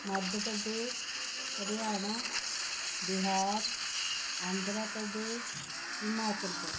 Madhya Pradesh Haryana Bihar Andhra Pradesh Himachal Pradesh